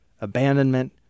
abandonment